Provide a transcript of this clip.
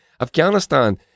Afghanistan